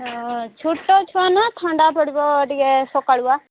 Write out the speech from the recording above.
ହଁ ଛୋଟ ଛୁଆନା ଥଣ୍ଡା ପଡ଼ିବ ଟିକେ ସକାଳୁଆ